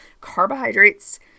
carbohydrates